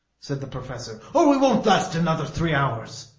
said the professor, or we won't last another three hours.